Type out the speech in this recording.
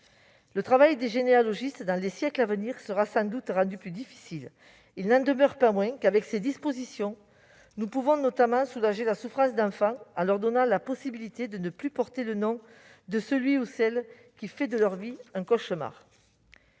Le travail des généalogistes dans les siècles à venir sera sans doute rendu plus difficile ; il n'en demeure pas moins que, avec ces dispositions, nous pouvons notamment soulager la souffrance d'enfants en leur donnant la possibilité de ne plus porter le nom de celui ou de celle qui fait de leur vie un cauchemar.